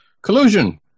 collusion